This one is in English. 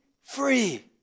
free